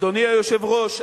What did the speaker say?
אדוני היושב-ראש,